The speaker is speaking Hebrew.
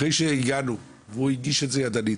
אחרי שהגענו והוא הגיש את זה ידנית,